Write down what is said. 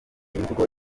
imvugo